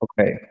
Okay